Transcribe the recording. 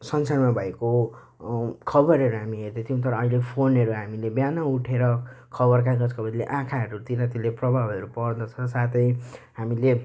संसारमा भएको खबरहरू हामी हेर्दैथ्यौँ तर अहिले फोनहरू हामीले बिहान उठेर खबर कागजको बद्ली आँखाहरूतिर त्यसले प्रभावहरू पर्दछ साथै हामीले